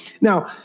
Now